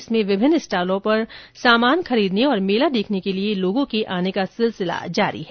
इसमें विभिन्न स्टॉलों पर सामान खरीदने और मेला देखने के लिए लोगों के आने का सिलसिला जारी है